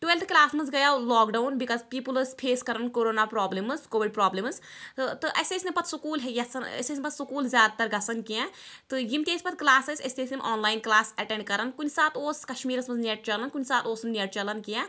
twelfth class منٛز گییاو lockdown because people ٲسۍ فیس کران کورونہ پرٛابلِمٕز کوٚوِڈ پرٛابلِمٕز تہٕ تہٕ اسہِ ٲسۍ نہٕ پَتہٕ سُکوٗل یَژھن أسۍ ٲسۍ نہٕ پَتہٕ سُکوٗل زیادٕ تَر گژھان کیٚنٛہہ تہٕ یِم تہِ اسہِ پَتہٕ کَلاس ٲسۍ أسۍ تہِ ٲسۍ تِم آنلاین کَلاس ایٚٹیٚنٛڈ کران کُنہٕ ساتہٕ اوس کَشمیٖرس منٛز نیٚٹ چَلان کُنہِ ساتہٕ اوس نہٕ نیٛٹ چَلان کیٚنٛہہ